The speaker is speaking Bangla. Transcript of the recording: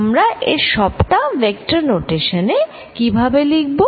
আমরা এর সবটা ভেক্টর নোটেশন এ কিভাবে লিখব